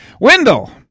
Wendell